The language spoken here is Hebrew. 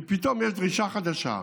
כי פתאום יש דרישה חדשה,